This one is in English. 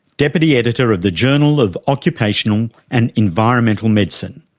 deputy editor of the journal of occupational and environmental medicine.